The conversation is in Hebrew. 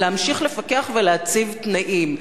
להמשיך לפקח ולהציב תנאים.